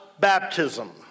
baptism